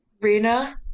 Rina